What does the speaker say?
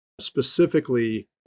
specifically